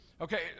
Okay